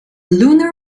lunar